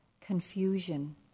confusion